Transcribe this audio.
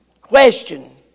Question